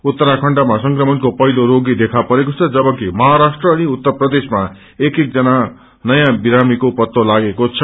उत्तराखण्डमा संक्रमणको पहिलो रोगी देखा परेको द जबकि महाराष्ट्र अनि उत्तर प्रदेशमा एक एक जना नयाँ विरामीको पत्तो लागेकोछ